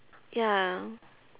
ya